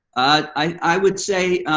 i would say,